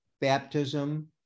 baptism